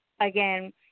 again